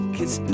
Cause